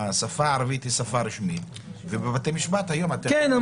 השפה הערבית היא שפה רשמית ובבתי משפט היום אתה --- כן.